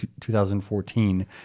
2014